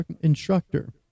instructor